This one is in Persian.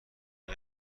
تلخ